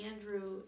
Andrew